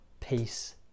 peace